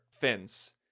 fence